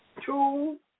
two